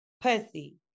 pussy